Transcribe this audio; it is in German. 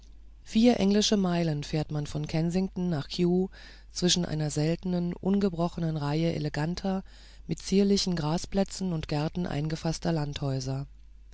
vier englische meilen fährt man von kensington nach kew zwischen einer seltenen ungebrochenen reihe eleganter mit zierlichen grasplätzen und gärten eingefaßter landhäuser